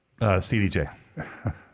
CDJ